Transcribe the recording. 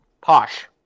posh